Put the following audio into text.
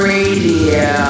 Radio